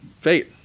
Fate